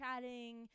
chatting